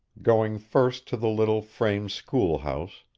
going first to the little frame school-house,